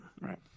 Right